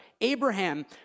Abraham